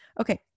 Okay